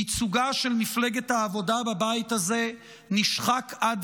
ייצוגה של מפלגת העבודה בבית הזה נשחק עד